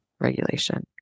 regulation